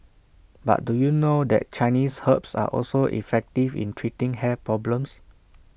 but do you know that Chinese herbs are also effective in treating hair problems